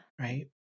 Right